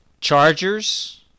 Chargers